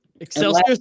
Excelsior